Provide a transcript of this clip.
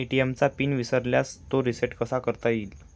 ATM चा PIN विसरल्यास तो रिसेट कसा करता येईल?